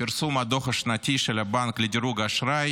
פרסום הדוח השנתי של הבנק לדירוג האשראי